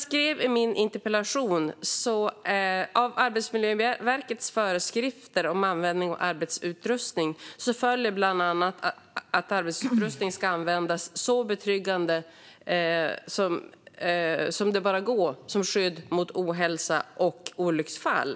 Av Arbetsmiljöverkets föreskrifter om användning av arbetsutrustning följer bland annat, som jag skrev i min interpellation, att arbetsutrustning ska användas så betryggande som det bara går som skydd mot ohälsa och olycksfall.